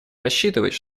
рассчитывать